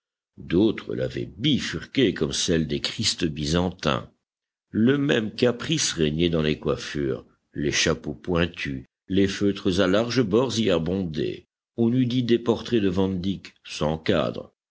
d'autres l'avaient bifurquée comme celle des christs byzantins le même caprice régnait dans les coiffures les chapeaux pointus les feutres à larges bords y abondaient on eût dit des portraits de van dyck sans cadre